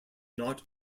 not